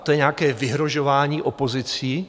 To je nějaké vyhrožování opozicí?